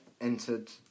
entered